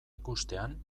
ikustean